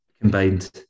Combined